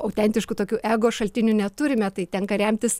autentiškų tokių ego šaltinių neturime tai tenka remtis